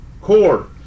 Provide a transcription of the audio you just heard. core